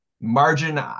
margin